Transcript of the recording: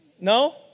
No